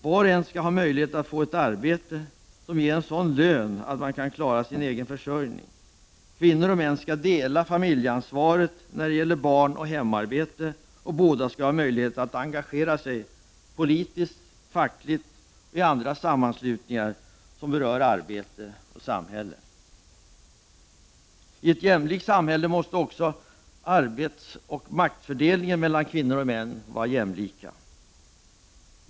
Var och en skall ha möjlighet att få ett arbete som ger en sådan lön att man kan klara sin egen försörjning. Kvinnor och män skall dela familjeansvaret när det gäller barn och hemarbete, och båda skall ha möjlighet att engagera sig politiskt, fackligt och i andra sammanslutningar som berör arbete och samhälle. I ett jämställt samhälle måste också arbetsoch maktfördelningen mellan kvinnor och män vara jämlik.